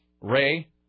Ray